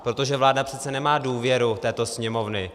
Protože vláda přece nemá důvěru této Sněmovny.